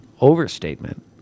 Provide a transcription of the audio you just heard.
overstatement